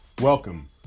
Welcome